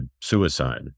suicide